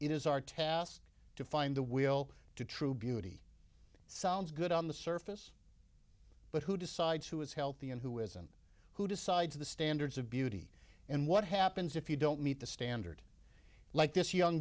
it is our task to find the will to true beauty sounds good on the surface but who decides who is healthy and who isn't who decides the standards of beauty and what happens if you don't meet the standard like this young